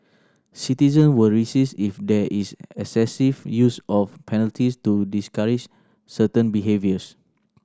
citizen will resist if there is excessive use of penalties to discourage certain behaviours